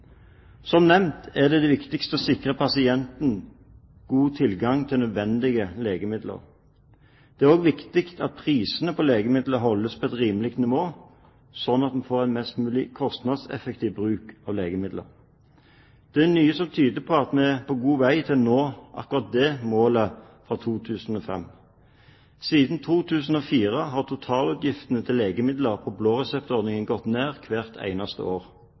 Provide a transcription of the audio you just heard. Som nevnt er det viktigste å sikre pasienten god tilgang til nødvendige legemidler. Det er også viktig at prisene på legemidler holdes på et rimelig nivå, slik at vi får en mest mulig kostnadseffektiv bruk av legemidler. Det er mye som tyder på at vi er på god vei til å nå akkurat det målet fra 2005. Siden 2004 har totalutgiftene til legemidler på blå resept gått ned hvert eneste år.